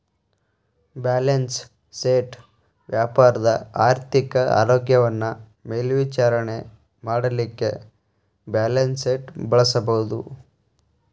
balance sheet ವ್ಯಾಪಾರದ ಆರ್ಥಿಕ ಆರೋಗ್ಯವನ್ನ ಮೇಲ್ವಿಚಾರಣೆ ಮಾಡಲಿಕ್ಕೆ ಬ್ಯಾಲನ್ಸ್ಶೇಟ್ ಬಳಸಬಹುದು